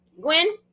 Gwen